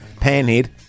Panhead